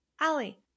Allie